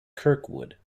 kirkwood